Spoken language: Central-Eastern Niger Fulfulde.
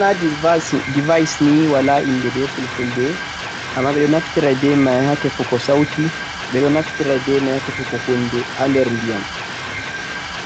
sonar device ni wala inde ha beh fuldulde amma bedo natira beh mai ha tefugo sauti bedo naftira beh mai ha tefugo hunde ha der ndiyam